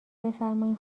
بفرمایین